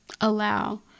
allow